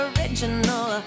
Original